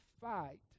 fight